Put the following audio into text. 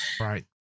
Right